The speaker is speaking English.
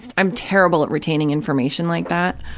i'm terrible at retaining information like that,